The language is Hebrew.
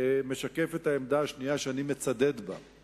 משקף את העמדה השנייה, שאני מצדד בה.